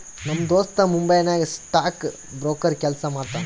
ನಮ್ ದೋಸ್ತ ಮುಂಬೈ ನಾಗ್ ಸ್ಟಾಕ್ ಬ್ರೋಕರ್ ಕೆಲ್ಸಾ ಮಾಡ್ತಾನ